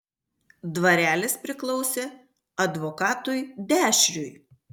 dvarelis priklausė advokatui dešriui